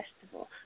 festival